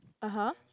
(uh huh)